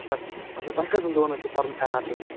اَچھا اَچھا تۄہہِ کٔژَن دۄہَن حظ چھُو پَنُن ارادٕ بیٚہنُک